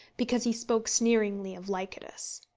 because he spoke sneeringly of lycidas.